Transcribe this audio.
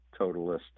totalistic